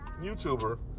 YouTuber